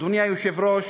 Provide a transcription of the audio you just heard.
אדוני היושב-ראש,